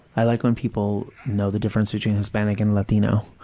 i like when people know the difference between hispanic and latino.